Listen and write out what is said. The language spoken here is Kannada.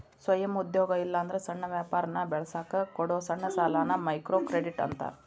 ಸ್ವಯಂ ಉದ್ಯೋಗ ಇಲ್ಲಾಂದ್ರ ಸಣ್ಣ ವ್ಯಾಪಾರನ ಬೆಳಸಕ ಕೊಡೊ ಸಣ್ಣ ಸಾಲಾನ ಮೈಕ್ರೋಕ್ರೆಡಿಟ್ ಅಂತಾರ